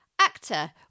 actor